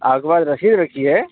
آپ کے پاس رسید رکھی ہے